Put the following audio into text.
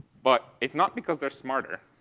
but it's not because they're smarter.